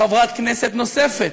חברת כנסת אחרת,